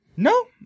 No